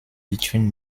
between